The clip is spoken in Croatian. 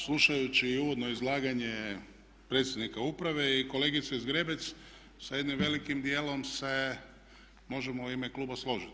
Slušajući i uvodno izlaganje predsjednika uprave i kolegice Zgrebec sa jednim velikim dijelom se, možemo u ime kluba složiti.